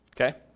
Okay